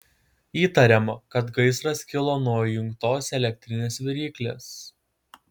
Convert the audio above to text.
įtariama kad gaisras kilo nuo įjungtos elektrinės viryklės